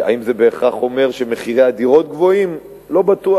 האם זה בהכרח אומר שמחירי הדירות גבוהים, לא בטוח.